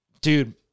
Dude